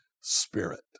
spirit